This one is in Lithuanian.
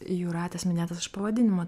jūratės minėtas iš pavadinimo